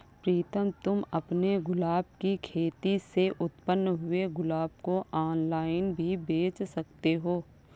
प्रीतम तुम अपने गुलाब की खेती से उत्पन्न हुए गुलाब को ऑनलाइन भी बेंच सकते हो